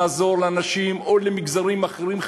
לעזור לאנשים או למגזרים אחרים,